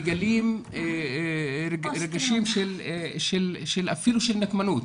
מגלים רגשות אפילו של נקמנות,